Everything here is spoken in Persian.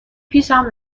پیشم